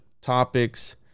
topics